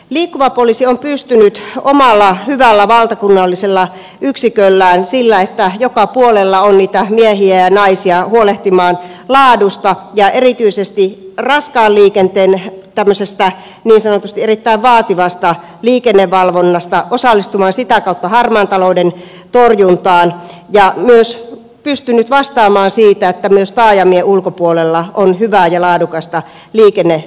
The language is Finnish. liikkuva poliisi on pystynyt omalla hyvällä valtakunnallisella yksiköllään sillä että joka puolella on niitä miehiä ja naisia huolehtimaan laadusta ja erityisesti raskaan liikenteen niin sanotusti erittäin vaativasta liikennevalvonnasta osallistumaan sitä kautta harmaan talouden torjuntaan ja myös pystynyt vastaamaan siitä että myös taajamien ulkopuolella on hyvää ja laadukasta liikennevalvontaa